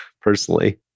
personally